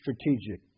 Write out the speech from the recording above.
strategic